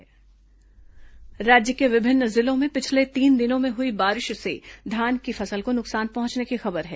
बारिश फसल खराब राज्य के विभिन्न जिलों में पिछले तीन दिनों में हुई बारिश से धान की फसल को नुकसान पहुंचने की खबर है